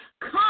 come